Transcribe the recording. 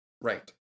Right